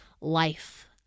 life